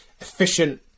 efficient